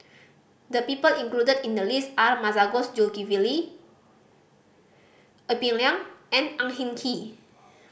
the people included in the list are Masagos Zulkifli Ee Peng Liang and Ang Hin Kee